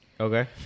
Okay